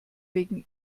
wegen